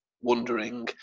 wondering